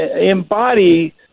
embody